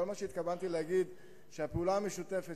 כל מה שהתכוונתי להגיד הוא שהפעולה המשותפת